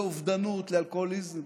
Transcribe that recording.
לאובדנות, לאלכוהוליזם.